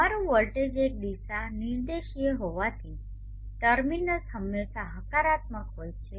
તમારું વોલ્ટેજ એક દિશા નિર્દેશીય હોવાથી ટર્મિનલ્સ હંમેશા હકારાત્મક હોય છે